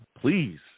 Please